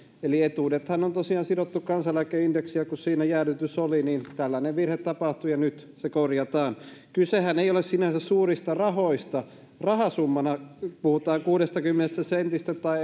eli etuudethan on tosiaan sidottu kansaneläkeindeksiin ja kun siinä jäädytys oli niin tällainen virhe tapahtui ja nyt se korjataan kysehän ei ole sinänsä suurista rahoista rahasummana puhutaan kuudestakymmenestä sentistä tai